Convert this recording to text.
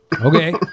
Okay